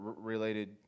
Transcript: related